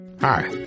hi